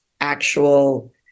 actual